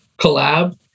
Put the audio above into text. collab